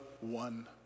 one